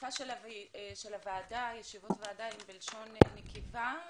השפה של הוועדה היא בלשון נקבה,